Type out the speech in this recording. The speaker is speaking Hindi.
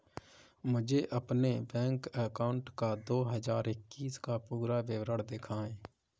मुझे अपने बैंक अकाउंट का दो हज़ार इक्कीस का पूरा विवरण दिखाएँ?